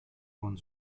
von